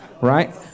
right